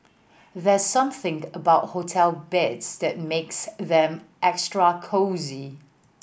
there's something about hotel beds that makes them extra cosy